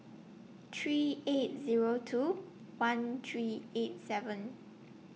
three eight Zero two one three eight seven